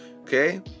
Okay